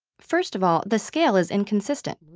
first of all, the scale is inconsistent,